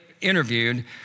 interviewed